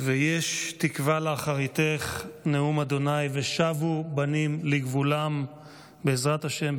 "ויש תקווה לאחריתך נאֻם ה' ושבו בנים לגבולם" בעזרת השם,